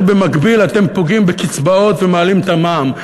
במקביל אתם פוגעים בקצבאות ומעלים את המע"מ.